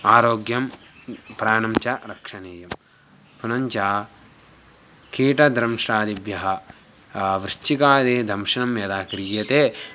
आरोग्यं प्राणं च रक्षणीयं पुनञ्च कीटदंशादिभ्यः वृश्चिकादि दंशनं यदा क्रीयते